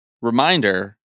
reminder